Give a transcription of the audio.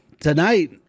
tonight